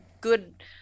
good